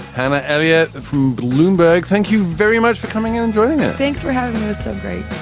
hannah elliott from bloomberg. thank you very much for coming in and joining us thanks for having us. great